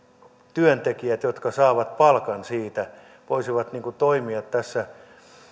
työntekijät jotka saavat palkan siitä voisivat toimia tässä